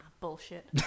bullshit